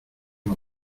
los